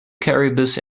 caribous